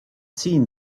seen